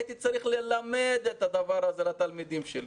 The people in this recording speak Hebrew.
הייתי צריך ללמד את הדבר הזה לתלמידים שלי,